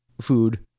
food